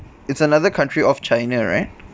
it's another country off china right